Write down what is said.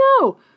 No